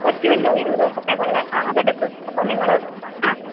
പറ്റുമല്ലോ ഇരുപത് ദിവസത്തേക്കുള്ള ആ അതെടുക്കുക അപ്പോൾ നിങ്ങൾ ആ